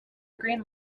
green